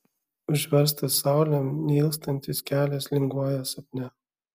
užverstas saulėm neilstantis kelias linguoja sapne